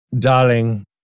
Darling